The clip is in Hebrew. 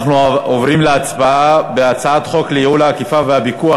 אנחנו עוברים להצבעה על הצעת חוק לייעול האכיפה והפיקוח